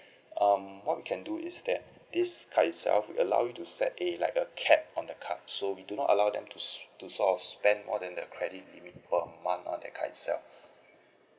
um what we can do is that this card itself will allow you to set a like a cap on the card so we do not allow them to so~ to sort of spend more than the credit limit per month on the card itself